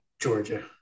Georgia